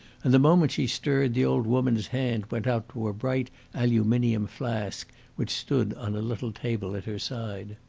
and the moment she stirred the old woman's hand went out to a bright aluminium flask which stood on a little table at her side.